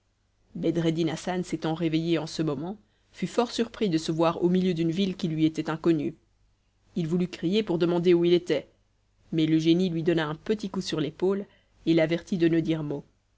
bedreddin hassan s'étant réveillé en ce moment fut fort surpris de se voir au milieu d'une ville qui lui était inconnue il voulut crier pour demander où il était mais le génie lui donna un petit coup sur l'épaule et l'avertit de ne dire mot